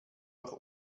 noch